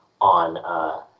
on